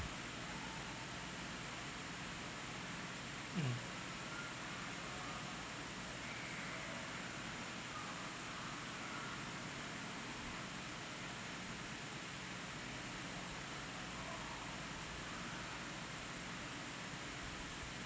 mm